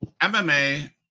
MMA